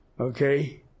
Okay